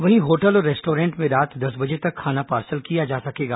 वहीं होटल और रेस्टॉरेंट में रात दस बजे तक खाना पार्सल किया जा सकेगा